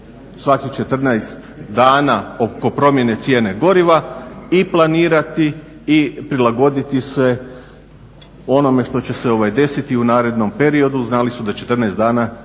svakih 14 dana oko promjene cijene goriva i planirati i prilagoditi se onome što će se desiti u narednom periodu, znali su da 14 dana